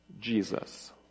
Jesus